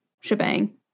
shebang